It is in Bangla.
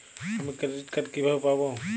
আমি ক্রেডিট কার্ড কিভাবে পাবো?